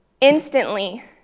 Instantly